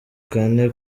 kane